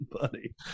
buddy